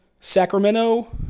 Sacramento